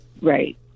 Right